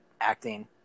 acting